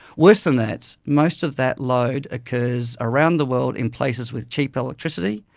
worse than that, most of that load occurs around the world in places with cheap electricity,